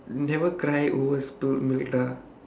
never cry over spilled milk lah